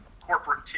Corporate